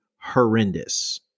horrendous